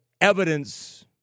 evidence